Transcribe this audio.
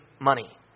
money